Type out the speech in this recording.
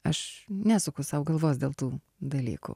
aš nesuku sau galvos dėl tų dalykų